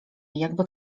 jakby